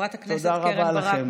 תודה רבה לכם.